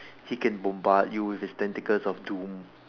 he can bombard you with his tentacles of doom